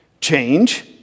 Change